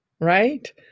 right